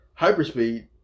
hyperspeed